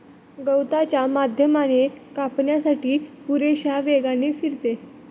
गवताच्या माध्यमाने कापण्यासाठी पुरेशा वेगाने फिरते